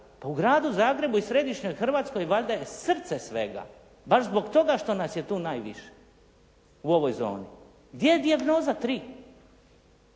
Pa u gradu Zagrebu i središnjoj Hrvatskoj valjda je srce svega, baš zbog toga što nas je tu najviše u ovoj zoni. Gdje je Dijagnoza tri?